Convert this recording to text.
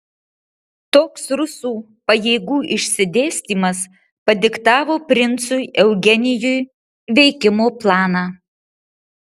toks rusų pajėgų išsidėstymas padiktavo princui eugenijui veikimo planą